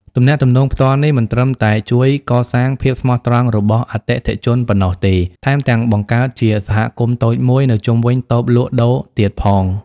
ទំនាក់ទំនងផ្ទាល់នេះមិនត្រឹមតែជួយកសាងភាពស្មោះត្រង់របស់អតិថិជនប៉ុណ្ណោះទេ ថែមទាំងបង្កើតជាសហគមន៍តូចមួយនៅជុំវិញតូបលក់ដូរទៀតផង។